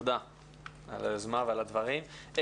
תודה על היוזמה ועל הדברים.